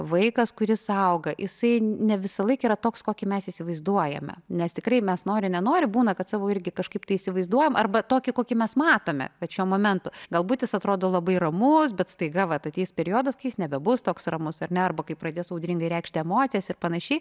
vaikas kuris auga jisai ne visą laiką yra toks kokį mes įsivaizduojame nes tikrai mes nori nenori būna kad savo irgi kažkaip tai įsivaizduojam arba tokį kokį mes matome vat šiuo momentu galbūt jis atrodo labai ramus bet staiga vat ateis periodas kai nebebus toks ramus ar ne arba kai pradės audringai reikšti emocijas ir panašiai